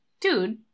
Dude